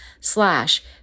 slash